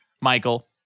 Michael